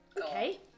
Okay